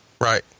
right